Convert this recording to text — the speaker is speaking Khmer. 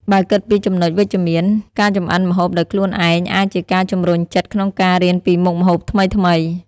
បើគិតពីចំណុចវិជ្ជមាន ការចម្អិនម្ហូបដោយខ្លួនឯងអាចជាការជម្រុញចិត្តក្នុងការរៀនពីមុខម្ហូបថ្មីៗ។